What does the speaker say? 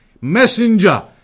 messenger